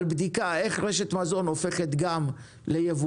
על בדיקה איך רשת מזון הופכת גם לייבואן